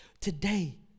today